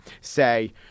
say